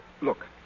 Look